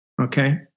Okay